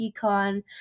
econ